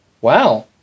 Wow